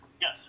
Yes